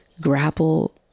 grapple